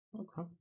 Okay